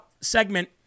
segment